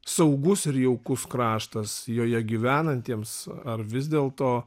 saugus ir jaukus kraštas joje gyvenantiems ar vis dėlto